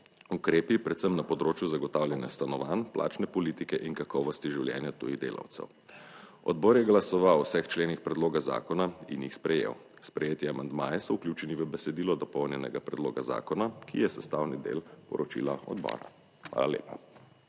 ukrepi, predvsem na področju zagotavljanja stanovanj, plačne politike in kakovosti življenja tujih delavcev. Odbor je glasoval o vseh členih predloga zakona in jih sprejel. Sprejeti amandmaji so vključeni v besedilo dopolnjenega predloga zakona, ki je sestavni del poročila odbora. Hvala lepa.